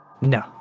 No